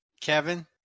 Kevin